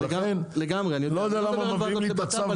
לכן אני לא יודע למה מביאים לי את הצו בכלל אבל לא משנה.